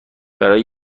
برای